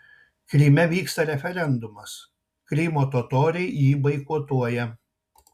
kryme vyksta referendumas krymo totoriai jį boikotuoja